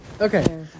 Okay